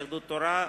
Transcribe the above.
יהדות התורה,